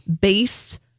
based